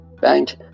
Bank